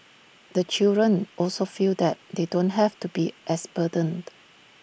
the children also feel that they don't have to be as burdened